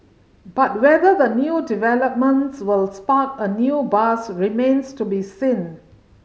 but whether the new developments will spark a new buzz remains to be seen